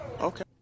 Okay